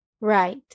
Right